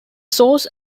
source